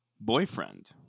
boyfriend